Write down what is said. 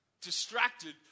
Distracted